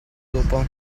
dopo